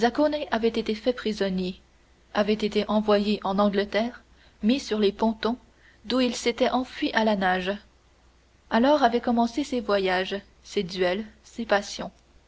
avait été fait prisonnier avait été envoyé en angleterre mis sur les pontons d'où il s'était enfui à la nage alors avaient commencé ses voyages ses duels ses passions